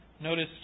Notice